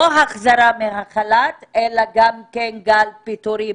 לא החזרה מהחל"ת אלא גם גל פיטורים,